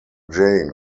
jane